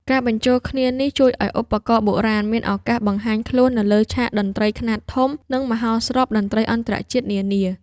ការបញ្ចូលគ្នានេះជួយឱ្យឧបករណ៍បុរាណមានឱកាសបង្ហាញខ្លួននៅលើឆាកតន្ត្រីខ្នាតធំ និងមហោស្រពតន្ត្រីអន្តរជាតិនានា។